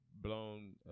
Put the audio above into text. blown